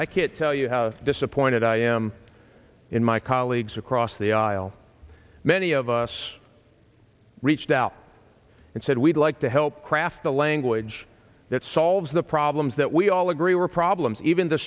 i can't tell you how disappointed i am my colleagues across the aisle many of us reached out and said we'd like to help craft the language that solves the problems that we all agree were problems even the